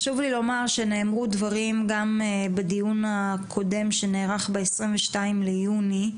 נאמרו דברים, גם בדיון הקודם שנערך ב-22 ביוני,